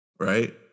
right